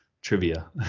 trivia